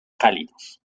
cálidos